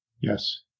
Yes